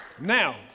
Now